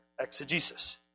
exegesis